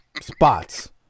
spots